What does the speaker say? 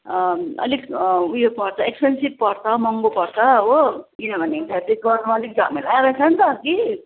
अलिक उयो पर्छ एक्सपेन्सिभ पर्छ महँगो पर्छ हो किनभने फ्याब्रिक गर्नु अलिक झमेला रहेछ नि त कि